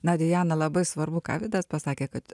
na diana labai svarbu ką vidas pasakė kad